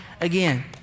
again